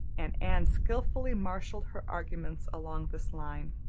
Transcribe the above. and anne skillfully marshalled her arguments along this line.